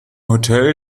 hotel